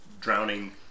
drowning